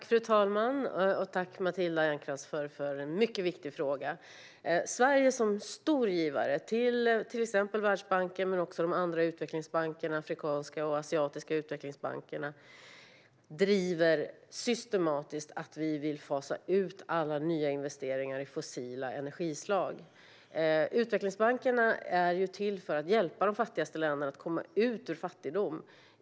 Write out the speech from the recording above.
Fru talman! Tack, Matilda Ernkrans, för en mycket viktig fråga! Sverige som stor givare till exempelvis Världsbanken men också de andra utvecklingsbankerna, de afrikanska och asiatiska, driver systematiskt att vi vill fasa ut alla nya investeringar i fossila energislag. Utvecklingsbankerna är till för att hjälpa de fattigaste länderna att komma ut ur fattigdom.